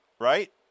right